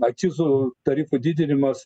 akcizų tarifų didinimas